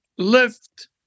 Lift